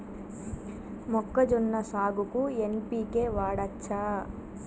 మొక్కజొన్న సాగుకు ఎన్.పి.కే వాడచ్చా?